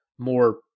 more